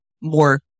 more